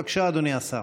בבקשה, אדוני השר.